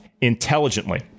intelligently